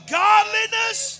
godliness